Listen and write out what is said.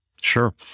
Sure